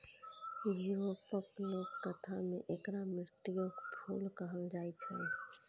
यूरोपक लोककथा मे एकरा मृत्युक फूल कहल जाए छै